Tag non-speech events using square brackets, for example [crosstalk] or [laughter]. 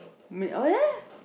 me [noise]